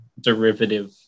derivative